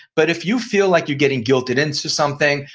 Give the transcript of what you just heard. but if you feel like you're getting guilt ed into something,